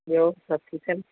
ॿियो सभु ठीकु आहिनि